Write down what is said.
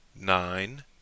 nine